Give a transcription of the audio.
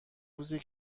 روزیه